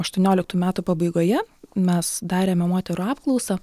aštuonioliktų metų pabaigoje mes darėme moterų apklausą